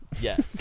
Yes